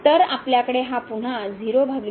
तर आपल्याकडे हा पुन्हा 00 फॉर्म आहे